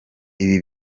ibi